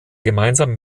gemeinsam